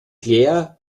claire